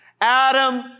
Adam